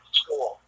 school